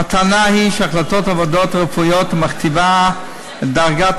הטענה היא שהחלטת הוועדות הרפואיות המכתיבה את דרגת